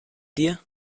dir